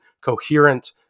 coherent